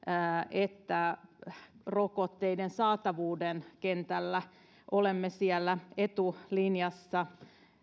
että rokotteiden saatavuuden kentällä olemme siellä etulinjassa